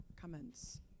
comments